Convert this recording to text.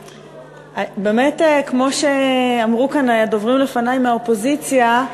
באמת כמו שאמרו כאן דוברים לפני מהאופוזיציה,